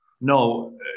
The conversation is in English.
no